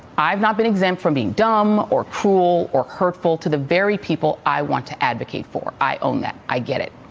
i've not been exempt from being dumb, or cruel, or hurtful to the very people i want to advocate for. i own that. i get it.